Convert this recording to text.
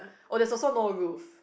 oh that is also no roof